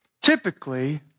typically